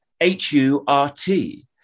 H-U-R-T